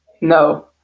no